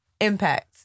impact